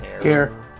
care